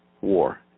war